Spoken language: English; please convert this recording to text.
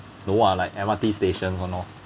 no ah like M_R_T station one lor